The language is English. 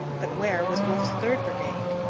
but where was wolfe's third brigade?